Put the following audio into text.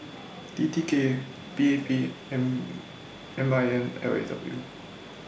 T T K P A P and M I N L A W